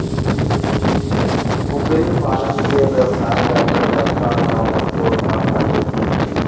कुकरी पालन के बेवसाय करना जतका असान लागथे ओतका असान नइ हे